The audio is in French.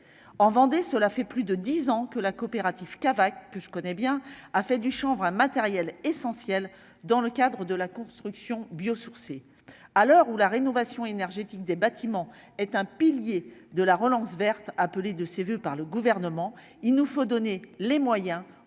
en Vendée, cela fait plus de dix ans que la coopérative cava que je connais bien, a fait du chanvre un matériel essentiel dans le cadre de la construction bio-sourcés à l'heure où la rénovation énergétique des bâtiments est un pilier de la relance verte appelée de ses voeux par le gouvernement, il nous faut donner les moyens